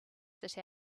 sit